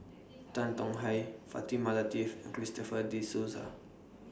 Tan Tong Hye Fatimah Lateef and Christopher De Souza